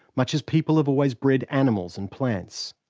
much as people have always bred animals and plants.